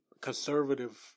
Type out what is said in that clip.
conservative